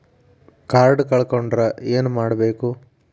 Card ಕಳ್ಕೊಂಡ್ರ ಏನ್ ಮಾಡಬೇಕು?